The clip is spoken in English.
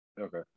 Okay